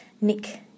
Nick